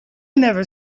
never